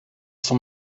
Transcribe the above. sont